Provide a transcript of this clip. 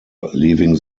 leaving